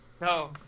No